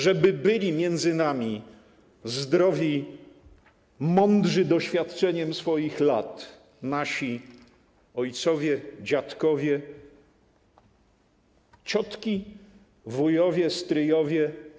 Żeby byli między nami zdrowi, mądrzy doświadczeniem swoich lat nasi ojcowie, dziadkowie, ciotki, wujowie, stryjowie.